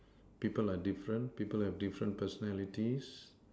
people are different people have different personalities